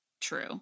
true